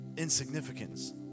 insignificance